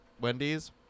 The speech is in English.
Wendy's